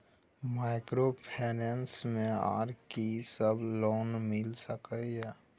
Microfinance मे आर की सब लोन मिल सके ये?